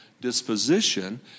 disposition